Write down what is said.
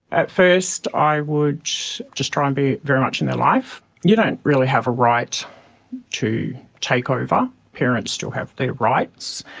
at first i would just try and be very much in their life. you don't really have a right to take over, parents still have their rights.